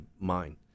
mind